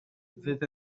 fydd